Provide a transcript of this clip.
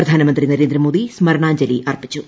പ്രധാനമന്ത്രി നരേന്ദ്രമോദി സ്മരണാഞ്ജലി അർപ്പിച്ചു